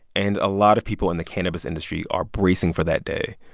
and a lot of people in the cannabis industry are bracing for that day,